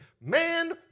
man